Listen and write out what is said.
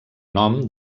nom